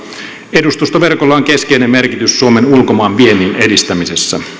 edustustoverkolla on keskeinen merkitys suomen ulkomaanviennin edistämisessä